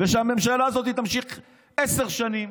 ושהממשלה הזאת תמשיך עשר שנים.